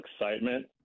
excitement